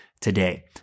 today